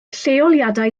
lleoliadau